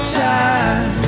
time